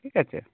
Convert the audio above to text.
ঠিক আছে